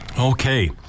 Okay